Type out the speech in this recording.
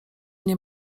nie